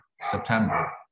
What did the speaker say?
September